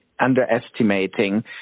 underestimating